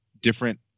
different